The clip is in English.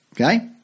okay